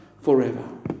forever